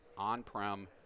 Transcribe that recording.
on-prem